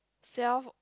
self